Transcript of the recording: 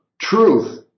truth